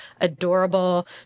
Adorable